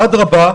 אדרבא,